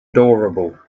adorable